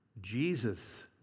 Jesus